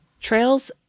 Trails